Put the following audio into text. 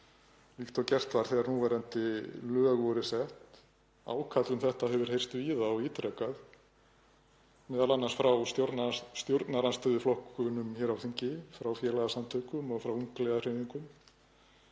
líkt og gert var þegar núverandi lög voru sett. Ákall um þetta hefur heyrst víða og ítrekað, m.a. frá stjórnarandstöðuflokkunum hér á þingi, frá félagasamtökum og frá ungliðahreyfingum.